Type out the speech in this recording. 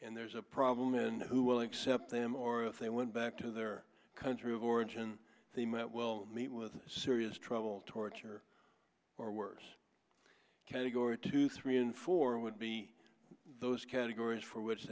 and there's a problem in who will accept them or if they went back to their country of origin they might well meet with serious trouble torture or worse category two three and four would be those categories for which